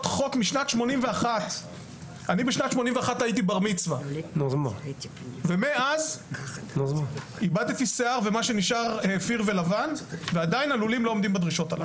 חוק משנת 1981. מאז הלולים עדיין לא עומדים בדרישות.